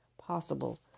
possible